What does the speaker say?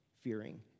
fearing